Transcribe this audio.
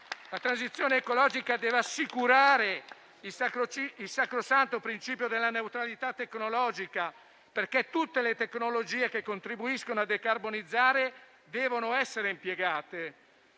La transizione ecologica deve assicurare il sacrosanto principio della neutralità tecnologica, perché tutte le tecnologie che contribuiscono a decarbonizzare devono essere impiegate